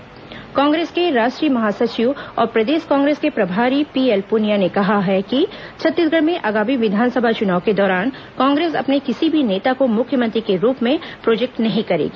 पुनिया पत्रकारवार्ता कांग्रेस के राष्ट्रीय महासचिव और प्रदेश कांग्रेस के प्रभारी पीएल पुनिया ने कहा है कि छत्तीसगढ़ में आगामी विधानसभा चुनाव के दौरान कांग्रेस अपने किसी भी नेता को मुख्यमंत्री के रूप में प्रोजेक्ट नहीं करेगी